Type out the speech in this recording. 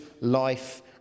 life